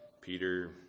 Peter